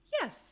yes